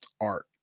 art